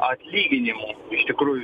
atlyginimų iš tikrųjų